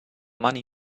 money